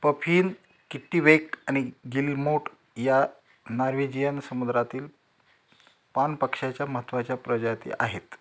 puffin kittiwake आणि guillemot या Norwegian समुद्रातील पाणपक्ष्याच्या महत्त्वाच्या प्रजाती आहेत